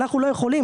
אנחנו לא יכולים,